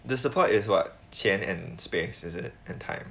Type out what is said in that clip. the support is what 钱 and space is it and time